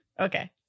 Okay